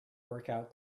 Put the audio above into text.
workout